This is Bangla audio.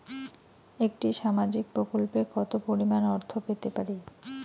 একটি সামাজিক প্রকল্পে কতো পরিমাণ অর্থ পেতে পারি?